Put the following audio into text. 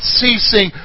ceasing